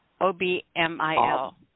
O-B-M-I-L